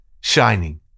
shining